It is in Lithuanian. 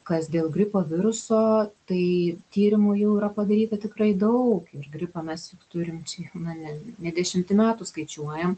kas dėl gripo viruso tai tyrimų jau yra padaryta tikrai daug ir gripą mes turim čia jau na ne ne dešimtį metų skaičiuojam